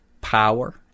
power